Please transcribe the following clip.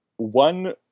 One